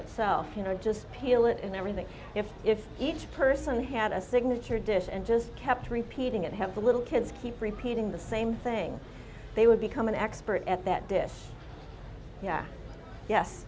itself you know just peel it and everything if if each person had a signature dish and just kept repeating it have the little kids keep repeating the same thing they would become an expert at that this yeah yes